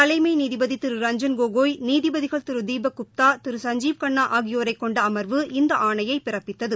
தலைமைநீதிபதிதிரு ரஞ்ஜன் கோகோய் நீதிபதிகள் திருதீபக் குப்தா திரு சஞ்சீவ் கண்ணாஆகியோரைக் கொண்டஅமா்வு இந்தஆணையைபிறப்பித்தது